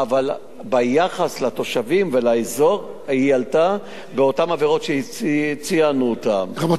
אבל ביחס לתושבים ולאזור היא עלתה באותן עבירות שציינו רבותי,